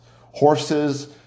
horses